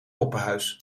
poppenhuis